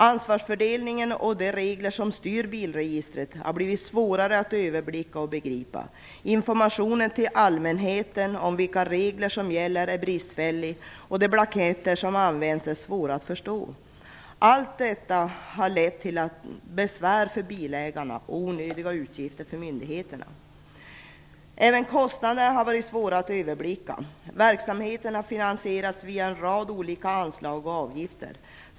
Ansvarsfördelningen och de regler som styr bilregistret har blivit svårare att överblicka och begripa. Servicen till allmänheten om vilka regler som gäller är bristfällig, och de blanketter som används är svåra att förstå. Allt detta har lett till besvär för bilägarna och onödiga utgifter för myndigheterna. Även kostnaderna har blivit svåra att överblicka. Verksamheten har finansierats via en rad olika anslag och avgifter.